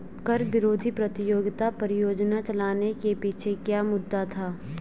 कर विरोधी प्रतियोगिता परियोजना चलाने के पीछे क्या मुद्दा था?